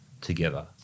together